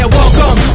welcome